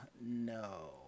no